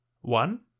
One